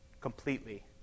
completely